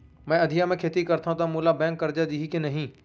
मैं अधिया म खेती करथंव त मोला बैंक करजा दिही के नही?